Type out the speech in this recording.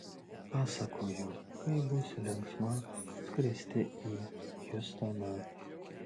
pasakoju kaip bus linksma skristi į hjustoną